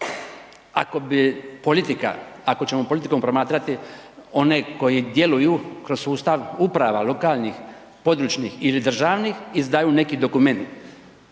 ako ćemo politikom promatrati one koji djeluju kroz sustav uprava lokalnih, područnih ili državnih, izdaju neki dokument,